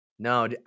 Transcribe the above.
No